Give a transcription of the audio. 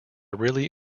really